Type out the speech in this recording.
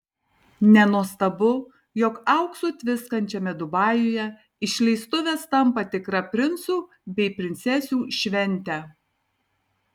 nenuostabu jog auksu tviskančiame dubajuje išleistuvės tampa tikra princų bei princesių švente